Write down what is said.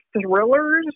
thrillers